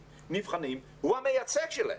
נבחנים, ומשרד החינוך הוא המייצג שלהם.